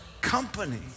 company